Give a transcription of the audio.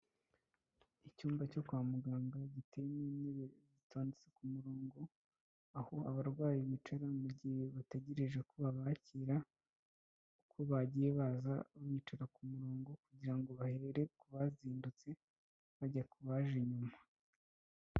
Icyumba cyo kwa muganga giteyemo intebe zitondetse ku murongo, aho abarwayi bicara mu gihe bategereje ko babakira, uko bagiye baza bicara ku murongo kugira ngo bahere ku bazindutse bajya ku baje nyuma.